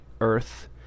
Earth